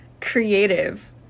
creative